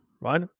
right